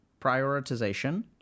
prioritization